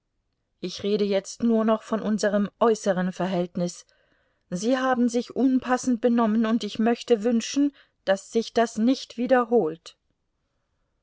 ich rede jetzt nur noch von unserem äußeren verhältnis sie haben sich unpassend benommen und ich möchte wünschen daß sich das nicht wiederholt